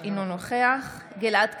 אינו נוכח גלעד קריב,